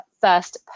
first